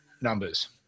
numbers